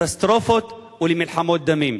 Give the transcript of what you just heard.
לקטסטרופות ולמלחמות דמים.